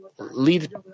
lead